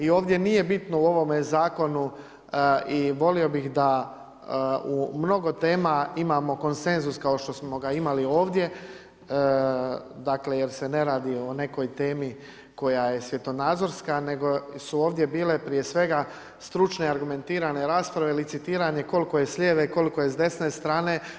I ovdje nije bitno u ovome zakonu i volio bih da u mnogo tema imamo konsenzus kao što smo ga imali ovdje, dakle jer se ne radi o nekoj temi koja je svjetonazorska, jer su ovdje bile prije svega stručne, argumentirane rasprave, licitiranje koliko je s lijeve, koliko je s desne strane.